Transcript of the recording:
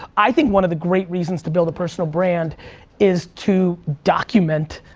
i think one of the great reasons to build a personal brand is to document,